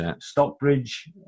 Stockbridge